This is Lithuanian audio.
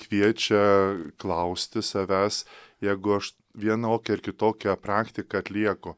kviečia klausti savęs jeigu aš vienokią ar kitokią praktiką atlieku